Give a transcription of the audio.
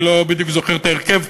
אני לא בדיוק זוכר את ההרכב,